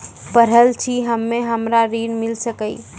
पढल छी हम्मे हमरा ऋण मिल सकई?